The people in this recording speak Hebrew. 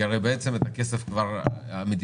כי הרי את הכסף כבר המדינה